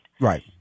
right